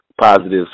positives